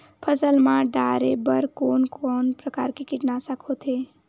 फसल मा डारेबर कोन कौन प्रकार के कीटनाशक होथे?